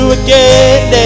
again